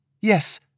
Yes